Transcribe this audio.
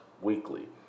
weekly